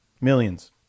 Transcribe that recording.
Millions